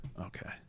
Okay